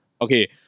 Okay